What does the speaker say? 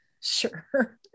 Sure